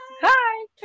Hi